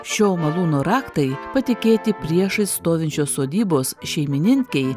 šio malūno raktai patikėti priešais stovinčios sodybos šeimininkei